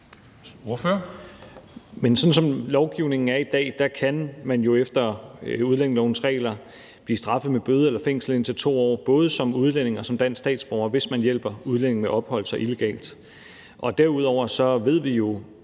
sådan som lovgivningen er i dag, kan man jo efter udlændingelovens regler blive straffet med bøde eller fængsel indtil 2 år, både som udlænding og som dansk statsborger, hvis man hjælper udlændinge med at opholde sig illegalt. Derudover ved vi jo,